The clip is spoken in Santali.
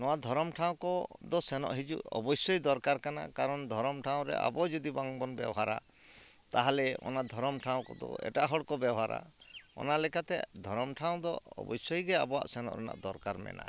ᱱᱚᱣᱟ ᱫᱷᱚᱨᱚᱢ ᱴᱷᱟᱶ ᱠᱚᱫᱚ ᱥᱮᱱᱚᱜ ᱦᱤᱡᱩᱜ ᱚᱵᱚᱥᱥᱚᱭ ᱫᱚᱨᱠᱟᱨ ᱠᱟᱱᱟ ᱠᱟᱨᱚᱱ ᱫᱷᱚᱨᱚᱢ ᱴᱷᱟᱶ ᱨᱮ ᱟᱵᱚ ᱡᱩᱫᱤ ᱵᱟᱝᱵᱚᱱ ᱵᱮᱣᱦᱟᱨᱟ ᱛᱟᱦᱚᱞᱮ ᱚᱱᱟ ᱫᱷᱚᱨᱚᱢ ᱴᱷᱟᱶ ᱠᱚᱫᱚ ᱮᱴᱟᱜ ᱦᱚᱲ ᱠᱚ ᱵᱮᱣᱦᱟᱨᱟ ᱚᱱᱟᱞᱮᱠᱟᱛᱮ ᱫᱷᱚᱨᱚᱢ ᱴᱷᱟᱶ ᱫᱚ ᱚᱵᱚᱥᱥᱚᱭᱜᱮ ᱟᱵᱚᱣᱟᱜ ᱥᱮᱱᱚᱜ ᱨᱮᱱᱟᱜ ᱫᱚᱨᱠᱟᱨ ᱢᱮᱱᱟᱜ ᱟᱠᱟᱫᱼᱟ